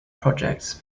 projects